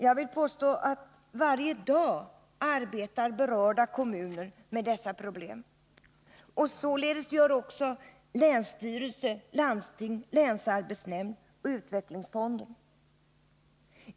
Jag vill påstå att varje dag arbetar berörda kommuner med dessa problem. Så gör också länsstyrelser, landsting, länsarbetsnämnd och utvecklingsfond.